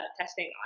testing